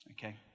okay